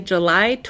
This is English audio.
July